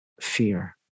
fear